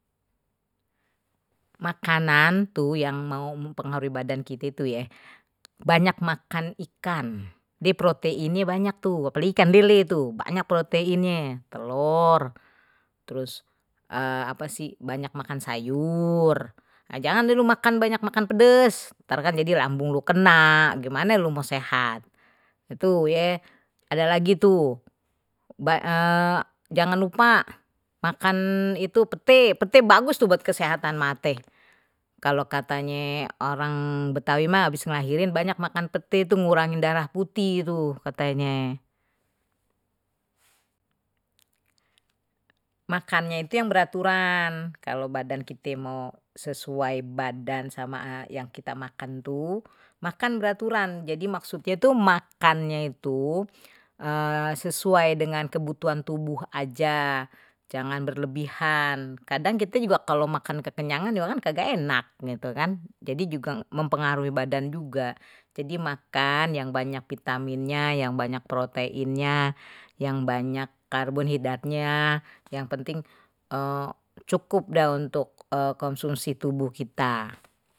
Makanan tuh yang mau mempengaruhi badan kite. itu ya banyak makan ikan di protein ini banyak tuh apa ikan lele tuh banyak proteinnya telur terus apa sih banyak makan sayur jangan di rumah makan banyak makan pedes ntar kan jadi lambung lu kena gimana lu mau sehat itu ya ada lagi tuh jangan lupa makan itu pete pete bagus tuh buat kesehatan mate kalau katanya orang betawi mah habis ngelahirin banyak makan pete itu ngurangin darah putih itu katanya makannya itu yang beraturan kalau badan kita mau sesuai badan sama yang kita makan tuh, makan beraturan jadi maksudnya itu makannya itu sesuai dengan kebutuhan tubuh aja jangan berlebihan kadang kita juga kalau makan kekenyangan kagak enak gitu kan jadi juga mempengaruhi badan juga jadi makan yang banyak vitaminnya yang banyak proteinnya yang banyak karbohidratnya yang penting cukup dah untuk konsumsi tubuh kita.